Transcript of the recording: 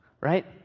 right